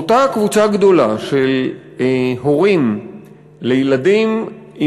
אותה קבוצה גדולה של הורים לילדים עם